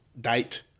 date